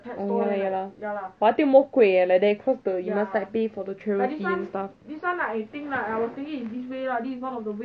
oh ya lah ya lah but I think more 贵 leh like that cause the must like pay for the travel fee and stuff